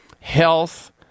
health